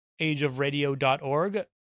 ageofradio.org